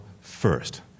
first